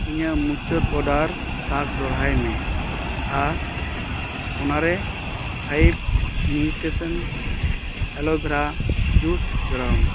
ᱤᱧᱟᱹᱜ ᱢᱩᱪᱟᱹᱫ ᱚᱰᱟᱨ ᱴᱟᱜ ᱫᱚᱲᱦᱟᱭ ᱢᱮ ᱟᱨ ᱚᱱᱟᱨᱮ ᱯᱷᱟᱭᱤᱵᱽ ᱱᱤᱭᱩᱴᱨᱮᱥᱚᱱ ᱮᱞᱳᱵᱷᱮᱨᱟ ᱡᱩᱥ ᱡᱚᱲᱟᱶ ᱢᱮ